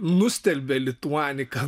nustelbė lituaniką